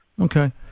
Okay